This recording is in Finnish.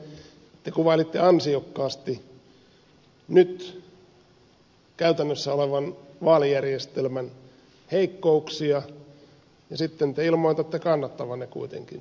peltonen te kuvailitte ansiokkaasti nyt käytännössä olevan vaalijärjestelmän heikkouksia ja sitten te ilmoitatte kannattavanne kuitenkin sitä